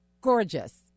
Gorgeous